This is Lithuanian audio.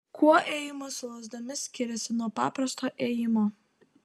kuo ėjimas su lazdomis skiriasi nuo paprasto ėjimo